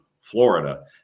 Florida